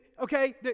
okay